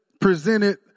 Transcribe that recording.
presented